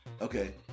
Okay